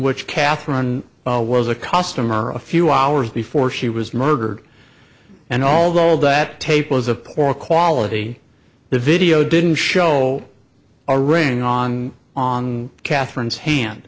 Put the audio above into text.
which catherine was a customer a few hours before she was murdered and although that tape was of poor quality the video didn't show a ring on on catherine's hand